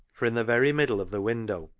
for in the very middle of the window,